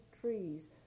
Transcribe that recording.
trees